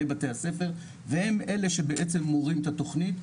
בתי הספר והם אלה שבעצם מורים את התכנית.